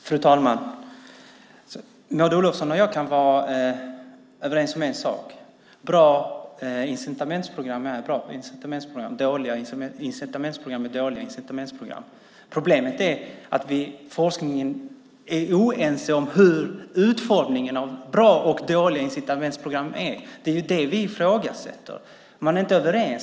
Fru talman! Maud Olofsson och jag kan vara överens om en sak: Bra incitamentsprogram är bra incitamentsprogram. Dåliga incitamentsprogram är dåliga incitamentsprogram. Problemet är att man inom forskningen är oense om hur utformningen av bra och dåliga incitamentsprogram ska vara. Det är detta vi ifrågasätter. Man är inte överens.